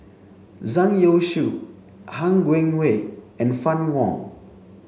Zhang Youshuo Han Guangwei and Fann Wong